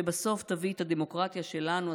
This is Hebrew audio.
שבסוף תביא את הדמוקרטיה שלנו,